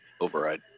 Override